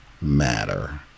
matter